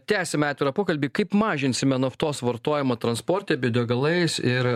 tęsiame atvirą pokalbį kaip mažinsime naftos vartojimą transporte bio degalais ir